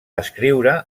escriure